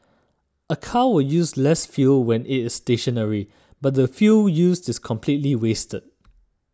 a car will use less fuel when it is stationary but the fuel used is completely wasted